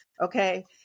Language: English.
Okay